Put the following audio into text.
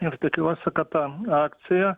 ir tikiuosi kad ta akcija